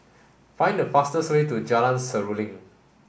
find the fastest way to Jalan Seruling